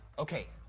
okay.